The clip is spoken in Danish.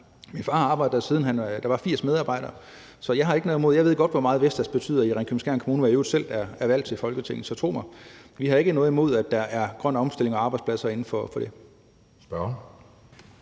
min far har arbejdet der, siden der var 80 medarbejdere. Så jeg har ikke noget mod Vestas, og jeg ved godt, hvor meget Vestas betyder i Ringkøbing-Skjern Kommune, hvor jeg jo selv er valgt til Folketinget. Så tro mig, vi har ikke noget imod, at der er grøn omstilling og arbejdspladser inden for det. Kl.